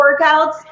Workouts